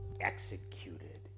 executed